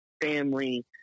family